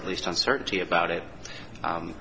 at least uncertainty about it